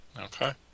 Okay